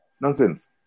Nonsense